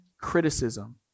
criticism